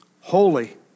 holy